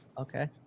Okay